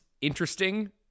interesting